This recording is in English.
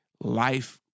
Life